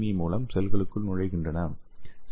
இ மூலம் செல்களுக்குள் நுழைகின்றன